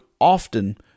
often